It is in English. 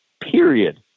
period